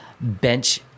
bench